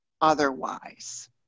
otherwise